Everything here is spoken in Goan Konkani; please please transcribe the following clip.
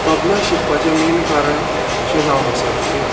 तबला शिकपाचें मेन कारण अशें जावन आसा की